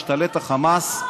השתלט החמאס,